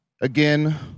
again